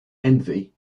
envy